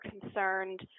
concerned